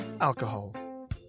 alcohol